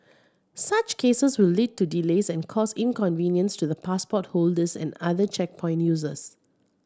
such cases will lead to delays and cause inconvenience to the passport holders and other checkpoint users